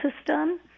system